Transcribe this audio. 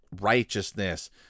righteousness